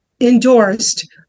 endorsed